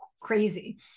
crazy